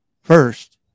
first